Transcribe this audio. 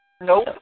Nope